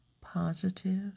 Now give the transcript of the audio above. Positive